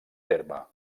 terme